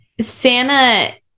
Santa